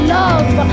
love